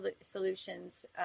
solutions